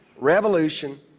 revolution